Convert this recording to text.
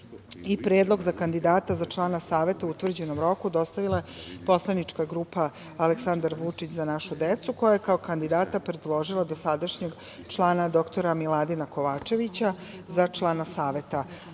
Predlog za kandidata za člana Saveta u utvrđenom roku dostavila je Poslanička grupa „Aleksandar Vučić – Za našu decu“, koja je kao kandidata predložila dosadašnjeg člana dr Miladina Kovačevića za člana Saveta. Bili